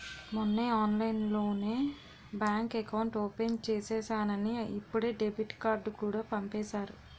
మొన్నే ఆన్లైన్లోనే bank account open చేసేసానని ఇప్పుడే డెబిట్ కార్డుకూడా పంపేసారు